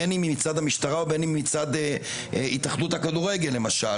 בין אם מצד המשטרה ובין אם מצד התאחדות הכדורגל למשל,